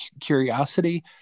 curiosity